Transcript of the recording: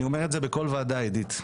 אני אומר את זה בכל ועדה, עידית.